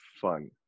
fun